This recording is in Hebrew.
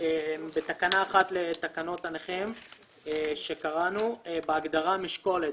בתקנה 1 לתקנות הנכים שקראנו, בהגדרה "משקולת"